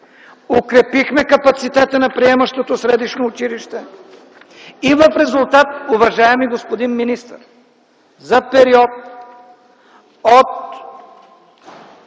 укрепихме капацитета на приемащото средищно училище и в резултат, уважаеми господин министър, за периода от